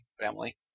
family